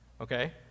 okay